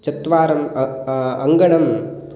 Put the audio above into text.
चत्वारि अङ्गणम्